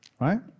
right